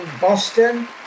Boston